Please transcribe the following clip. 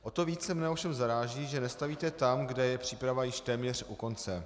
O to víc mě ovšem zaráží, že nestavíte tam, kde je příprava již téměř u konce.